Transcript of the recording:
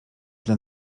dla